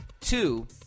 Two